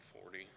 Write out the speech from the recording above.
Forty